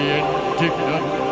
indignant